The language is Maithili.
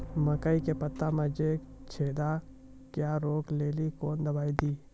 मकई के पता मे जे छेदा क्या रोक ले ली कौन दवाई दी?